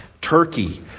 Turkey